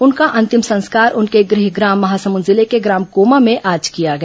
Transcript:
उनका अंतिम संस्कार उनके गृहग्राम महासमुद जिले के ग्राम कोमा में आज किया गया